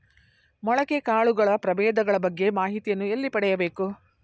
ಮೊಳಕೆ ಕಾಳುಗಳ ಪ್ರಭೇದಗಳ ಬಗ್ಗೆ ಮಾಹಿತಿಯನ್ನು ಎಲ್ಲಿ ಪಡೆಯಬೇಕು?